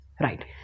right